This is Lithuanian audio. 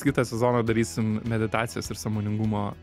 kitą sezoną darysim meditacijos ir sąmoningumo